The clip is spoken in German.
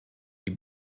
die